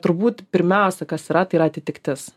turbūt pirmiausia kas yra tai yra atitiktis